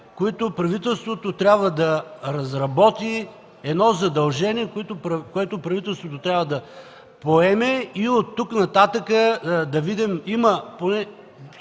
които правителството трябва да разработи, задължение, което правителството трябва да поеме и от тук нататък има безброй